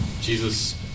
Jesus